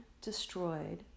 destroyed